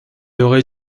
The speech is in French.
aurait